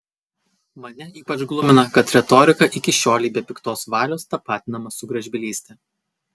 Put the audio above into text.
mane ypač glumina kad retorika iki šiolei be piktos valios tapatinama su gražbylyste